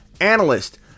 analyst